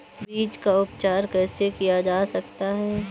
बीज का उपचार कैसे किया जा सकता है?